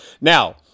Now